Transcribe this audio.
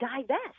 divest